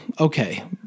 okay